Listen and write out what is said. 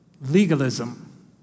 legalism